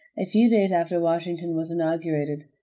a few days after washington was inaugurated.